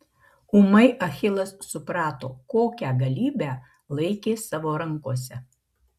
ūmai achilas suprato kokią galybę laikė savo rankose